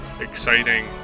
exciting